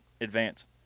advance